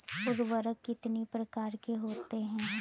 उर्वरक कितनी प्रकार के होते हैं?